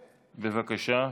בבקשה,